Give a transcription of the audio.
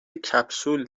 کپسول